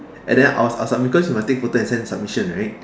and then our our submit cause we must take photo and send to submission right